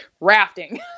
rafting